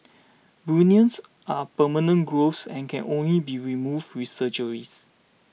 bunions are permanent growths and can only be removed with surgeries